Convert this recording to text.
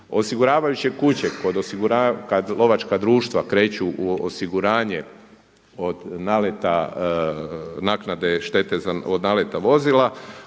Osiguravajuće kuće kada lovačka društva kreću u osiguranje od naleta naknade štete, od naleta vozila.